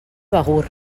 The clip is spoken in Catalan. begur